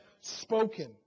spoken